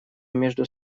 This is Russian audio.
между